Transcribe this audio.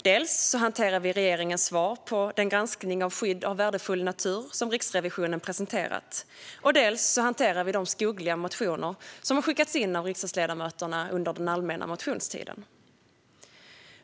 Dels hanterar vi regeringens svar på den granskning av skydd av värdefull natur som Riksrevisionen presenterat, dels hanterar vi de skogliga motioner som skickats in av riksdagsledamöter under allmänna motionstiden.